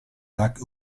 lac